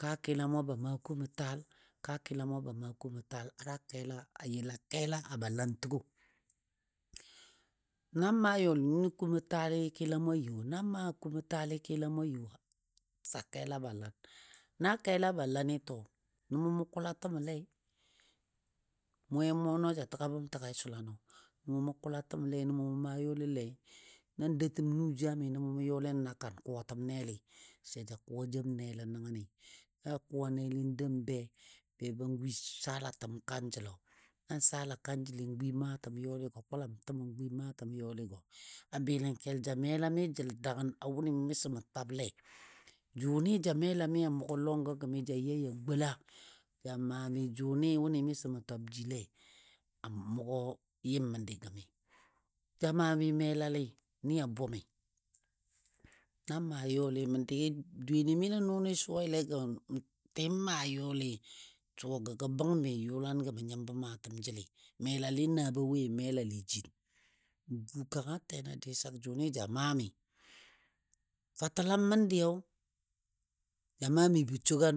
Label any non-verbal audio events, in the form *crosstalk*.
Kaa kilamɔ ba ma kumɔ taal, kaa kilamɔ ba maa kumɔ taal har a kela a yəla kela a ba lantəgo *noise* nan maayolini kumo taali kilamo a you nan maa kumɔ taal kilamo you sə a kela ba lan. Na kela ba lanni to nə mou mou kula təməle, mwe mʊno ja təga bəm təgai sʊlano, nə mou mʊ kula təməlei, nəmou mʊ maa yɔlilei, na doutəm nu jami nəmou mʊ yɔle nən a kan kuwatəm neli sə ya ja kuwa jem nelo nəngəni. Na kuwa neli dou n be, beba gwi salatəm kanjəlo, nan sala kanjəli n gwi maatəm yɔligo kulam təmə gwi maatəm yoligo. A bɨləngkel ja melami jəl dangən a wʊnɨ miso mə twable jʊnɨ ja melami a mʊgo lɔgɔgəmi ja yai a gola ja maa mi jʊnɨ wʊnɨ miso mə twab jile a mʊgo yɨm məndi gəmi. Ja maa mi melali ni a bʊmi. Na n maa yɔli məndi dweyeni mi nə nʊnɨ suwailegɔ n tɨ n maa yɔli suwagɔ gə bəng mi yʊlam gə mə nyɨmbo maatəm jəli. Melalinɨ na ba woi? Melali jin. Bukang a tena disak jʊnɨ ja maa mi. Fatəlam məndiyo ja maa mibo sogan,